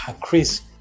Chris